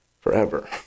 forever